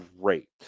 great